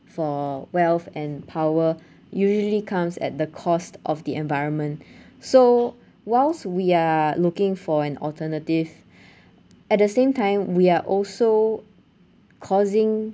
for wealth and power usually comes at the cost of the environment so whilst we are looking for an alternative at the same time we are also causing